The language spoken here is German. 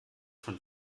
von